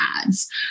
ads